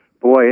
Boy